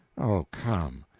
oh, come!